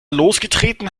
losgetreten